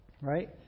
right